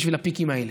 בשביל הפיקים האלה.